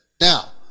Now